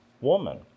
woman